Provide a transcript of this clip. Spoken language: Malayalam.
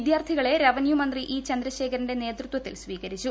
വിദ്യാർത്ഥികളെ റവന്യൂ മന്ത്രി ഇ ചന്ദ്രശേഖരന്റെ നേതൃത്വത്തിൽ സ്വീകരിച്ചു